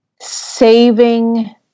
Saving